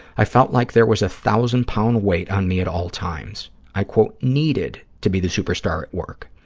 i felt like there was a thousand-pound weight on me at all times. i, quote, needed to be the superstar at work.